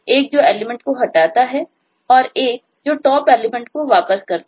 एक जो एलिमेंट को हटाता है और एक जो Top एलिमेंट को वापस करता है